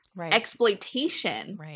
exploitation